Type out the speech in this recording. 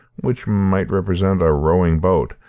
which might represent a rowing boat,